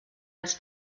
das